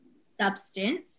substance